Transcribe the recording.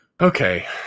okay